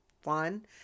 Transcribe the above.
fun